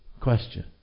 question